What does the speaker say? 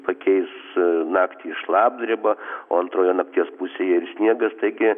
pakeis naktį šlapdriba o antroje nakties pusėje ir sniegas taigi